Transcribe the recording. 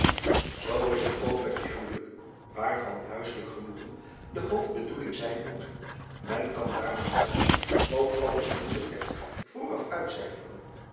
oo is het ook met het huwelijk waarvan huisselijk genoegen de hoofdbedoeling zijn moet men kan daaromtrent ook alles niet zoo net vooraf uitcijferen